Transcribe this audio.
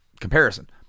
comparison